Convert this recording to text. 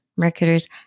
marketers